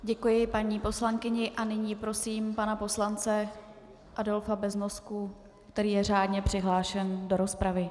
Děkuji paní poslankyni a nyní prosím pana poslance Adolfa Beznosku, který je řádně přihlášen do rozpravy.